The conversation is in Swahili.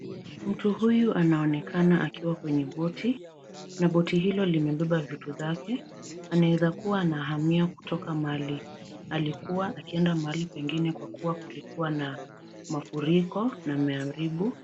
Mtu huyu anaonekana akiwa kwenye boti na boti hilo limepeba vitu zake anaweza kuwa anahamia kutoka mahali alikuwa akienda mahali pengine .Kwa kuwa kulikuwa na mafuriko na amearibu.